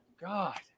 God